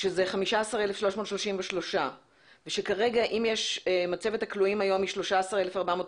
שזה 15,333 ושכרגע אם מצבת הכלואים היום היא 13,440